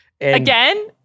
Again